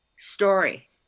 story